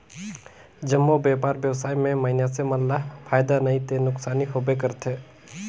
जम्मो बयपार बेवसाय में मइनसे मन ल फायदा नइ ते नुकसानी होबे करथे